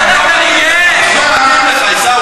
במקום שהייה בלתי חוקי,